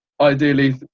ideally